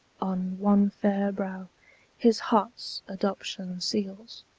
on one fair brow his heart's adoption seals.